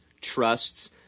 trusts